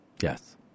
Yes